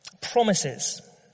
Promises